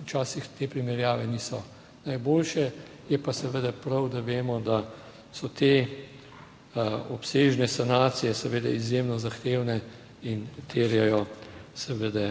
Včasih, te primerjave niso najboljše, je pa seveda prav, da vemo, da so te obsežne sanacije seveda izjemno zahtevne in seveda